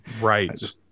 right